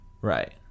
right